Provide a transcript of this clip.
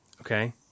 okay